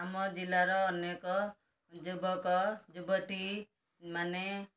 ଆମ ଜିଲ୍ଲାର ଅନେକ ଯୁବକ ଯୁବତୀ ମାନେ